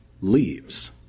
leaves